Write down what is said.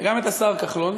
וגם את השר כחלון,